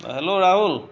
hello Rahul